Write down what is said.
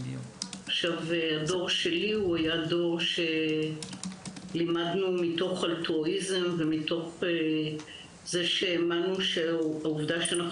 הדור שלי היה דור שלימד מתוך אלטרואיזם ומתוך אמונה שזה שאנחנו